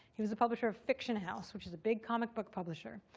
he was a publisher of fiction house, which was a big comic book publisher.